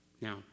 Now